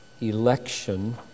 election